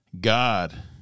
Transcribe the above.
God